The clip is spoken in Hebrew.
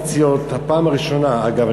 והסנקציות, זו הפעם הראשונה, אגב.